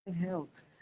health